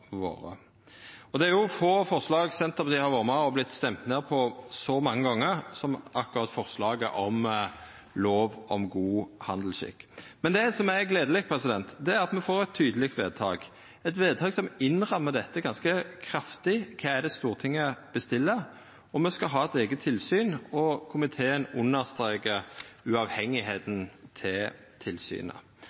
ned på så mange gonger som akkurat forslaget om lov om god handelsskikk. Det som er gledeleg, er at me får eit tydeleg vedtak, eit vedtak som rammar ganske kraftig inn det Stortinget bestiller. Me skal ha eit eige tilsyn, og komiteen understrekar sjølvstendet til tilsynet,